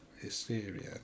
hysteria